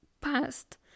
past